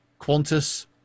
Qantas